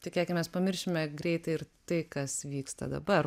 tikėkimės pamiršime greitai ir tai kas vyksta dabar